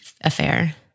affair